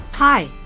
Hi